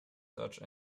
search